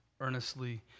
Earnestly